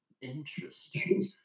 interesting